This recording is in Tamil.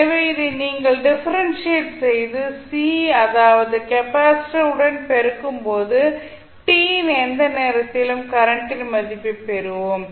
எனவே இதை நீங்கள் டிஃபரண்ட்ஷியேட் செய்து சி அதாவது கெப்பாசிட்டர் உடன் பெருக்கும்போது t இன் எந்த நேரத்திலும் கரண்டின் மதிப்பைப் பெறுவோம்